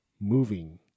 Moving